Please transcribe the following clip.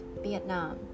Vietnam